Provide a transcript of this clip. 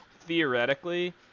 theoretically